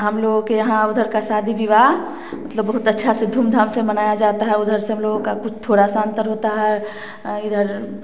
हम लोग के यहाँ उधर का शादी विवाह मतलब बहुत अच्छा से धूम धाम से मनाया जाता है उधर से हम लोगों का थोड़ा सा अंतर होता है इधर